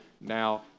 now